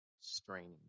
straining